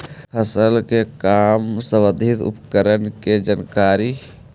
फसल के काम संबंधित उपकरण के जानकारी?